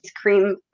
cream